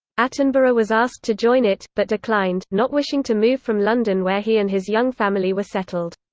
attenborough was asked to join it, but declined, not wishing to move from london where he and his young family were settled.